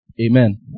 Amen